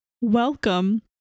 Welcome